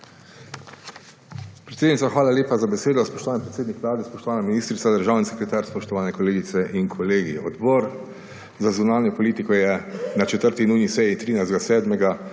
Predsednica, hvala lepa za besedo. Spoštovani predsednik Vlade, spoštovana ministrica, državni sekretar, spoštovani kolegice in kolegi! Odbor za zunanjo politiko je na 4. nujni seji 13. 7.